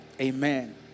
Amen